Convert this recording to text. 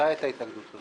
מתי הייתה התנגדות כזאת?